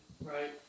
Right